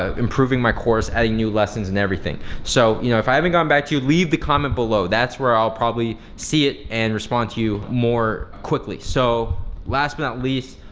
ah improving my course, adding new lessons, and everything. so you know if i haven't gotten back to you, leave the comment below, that's where i'll probably see it and respond to you more quickly. so last but not least,